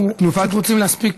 אנחנו פשוט רוצים להספיק.